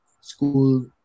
school